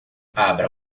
abra